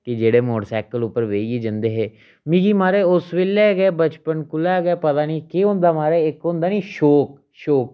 कि जेह्ड़े मोटरसाइकल उप्पर बेहियै जंदे हे मिगी महाराज उस बेल्लै गै बचपन कुला गै पता नी केह् होंदा महाराज इक होंदा नी शौक शौक